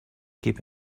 keep